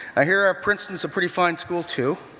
i hear ah princeton as pretty fine school too,